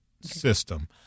system